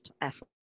effort